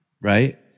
right